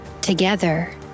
together